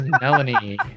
Melanie